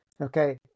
Okay